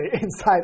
inside